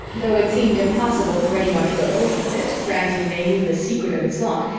though it seemed impossible for anyone to have opened it, granting they knew the secret of its lock,